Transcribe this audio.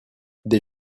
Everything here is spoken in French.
des